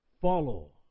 Follow